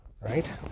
right